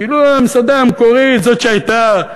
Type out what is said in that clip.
כאילו המסעדה המקורית, זאת שהייתה.